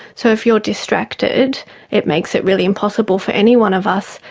so if you are distracted it makes it really impossible for any one of us,